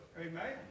Amen